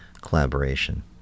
collaboration